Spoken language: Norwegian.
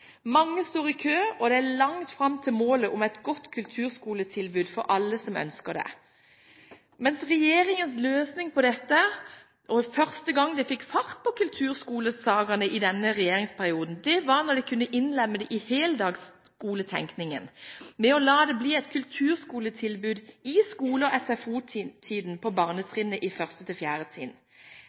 Mange står i kø, og det er langt fram til målet om et godt kulturskoletilbud for alle som ønsker det. Regjeringens løsning på dette, og første gang de fikk fart på kulturskolesakene i denne regjeringsperioden, var da de kunne innlemme det i heldagsskoletenkningen, med å la det bli et kulturskoletilbud i skole- og SFO-tiden på barnetrinnet, 1.–4. trinn. Jeg mener at én time gratis kulturskole i